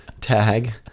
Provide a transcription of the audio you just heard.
tag